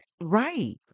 right